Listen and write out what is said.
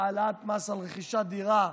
העלאת מס על רכישת דירה,